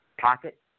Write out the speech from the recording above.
pocket